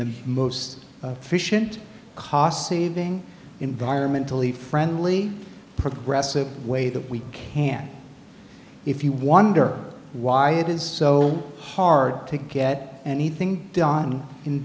the most fish and cost saving environmentally friendly progressive way that we can if you wonder why it is so hard to get anything done in